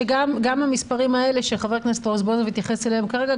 שגם המספרים האלה שחבר הכנסת רזבוזוב התייחס אליהם כרגע,